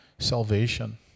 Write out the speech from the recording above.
salvation